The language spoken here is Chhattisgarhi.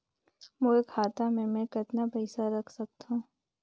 मोर खाता मे मै कतना पइसा रख सख्तो?